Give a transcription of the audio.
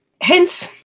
Hence